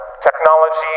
technology